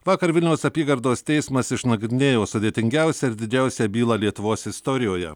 vakar vilniaus apygardos teismas išnagrinėjo sudėtingiausią ir didžiausią bylą lietuvos istorijoje